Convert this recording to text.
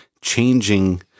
changing